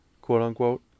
quote-unquote